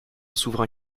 souverain